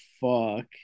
fuck